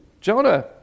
Jonah